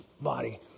body